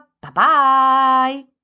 Bye-bye